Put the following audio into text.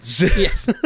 Yes